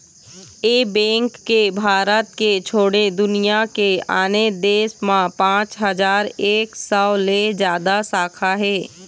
ए bank के भारत के छोड़े दुनिया के आने देश म पाँच हजार एक सौ ले जादा शाखा हे